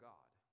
God